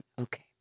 Okay